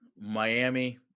Miami